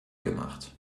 gemacht